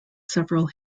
several